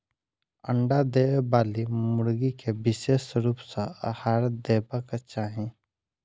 अंडा देबयबाली मुर्गी के विशेष रूप सॅ आहार देबाक चाही